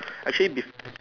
actually